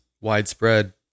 widespread